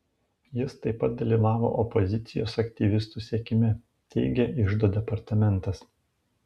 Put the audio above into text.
jis taip pat dalyvavo opozicijos aktyvistų sekime teigė iždo departamentas